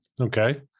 Okay